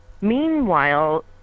Meanwhile